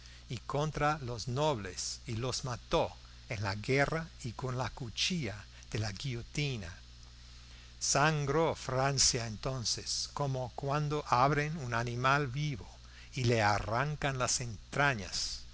y contra los nobles y los mató en la guerra y con la cuchilla de la guillotina sangró francia entonces como cuando abren un animal vivo y le arrancan las entrañas